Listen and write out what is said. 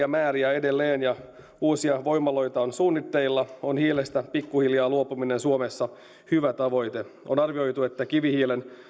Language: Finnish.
valtavia määriä edelleen ja uusia voimaloita on suunnitteilla on hiilestä luopuminen suomessa pikkuhiljaa hyvä tavoite on arvioitu että kivihiilen